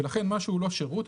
ולכן מה שהוא לא שירות,